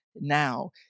now